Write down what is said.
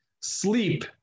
Sleep